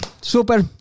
super